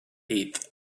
eighth